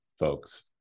folks